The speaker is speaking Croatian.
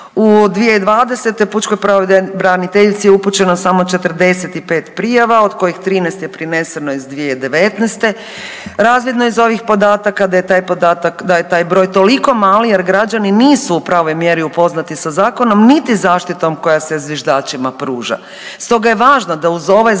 U 2020. pučkoj pravobraniteljici je upućeno samo 45 prijava od kojih 13 je prineseno iz 2019. Razvidno je iz ovih podataka da je taj podatak, da je taj broj toliko mali jer građani nisu u pravoj mjeri upoznati sa zakonom niti zaštitom koja se zviždačima pruža. Stoga je važno da uz ovaj zakon